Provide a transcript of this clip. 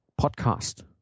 podcast